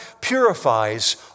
purifies